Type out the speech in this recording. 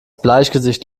bleichgesicht